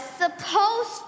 supposed